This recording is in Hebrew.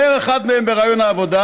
אומר אחד מהם בריאיון העבודה: